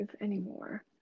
anymore